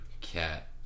cat